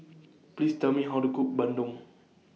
Please Tell Me How to Cook Bandung